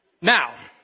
Now